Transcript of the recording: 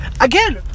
Again